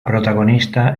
protagonista